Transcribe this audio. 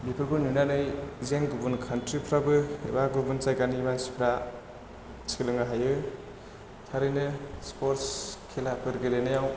बेफोरखौ नुनानै जेन गुबुन खानथ्रिफ्राबो एबा गुबुन जायगानि मानसिफ्रा सोलोंनो हायो थारैनो स्पर्थस खेलाफोर गेलेनायाव